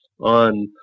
on